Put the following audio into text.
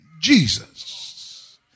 Jesus